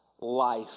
life